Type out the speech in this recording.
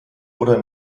oder